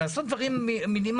לעשות דברים מינימליים,